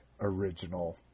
original